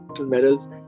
medals